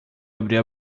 abrir